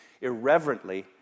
irreverently